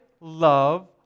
love